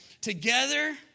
Together